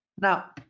Now